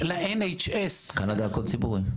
קנדה הכול ציבורי.